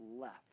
left